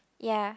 ya